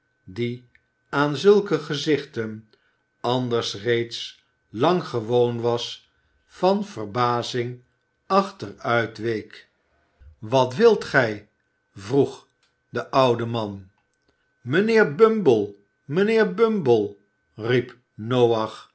die aan zulke gezichten anders reeds lang gewoon was van verbazing achteruit week wat wilt gij vroeg de oude man mijnheer bumble mijnheer bumble riep